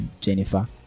Jennifer